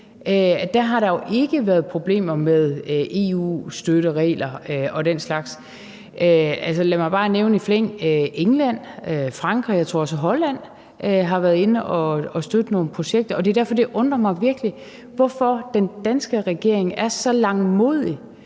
Der har der jo ikke været problemer med EU-støtteregler og den slags. Altså, lad mig bare nævne i flæng: England og Frankrig, og jeg tror også, at Holland har været inde og støtte nogle projekter. Og det er derfor, at det virkelig undrer mig, hvorfor den danske regering er så langmodig